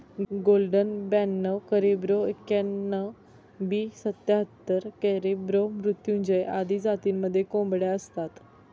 golden ब्याणव करिब्रो एक्याण्णण, B सत्याहत्तर, कॅरिब्रो मृत्युंजय आदी जातींमध्येही कोंबड्या असतात